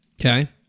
Okay